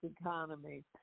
economy